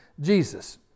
Jesus